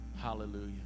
Hallelujah